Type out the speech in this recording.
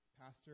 pastor